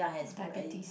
diabetes